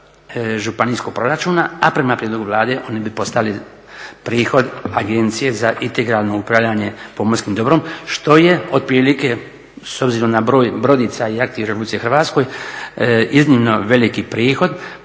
županijskog proračuna, a prema prijedlogu Vlade oni bi postali prihod Agencije za integralno upravljanje pomorskim dobrom što je otprilike s obzirom na broj brodica i jahti u RH iznimno veliki prihod.